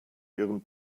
ihren